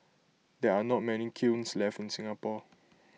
there are not many kilns left in Singapore